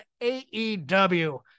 AEW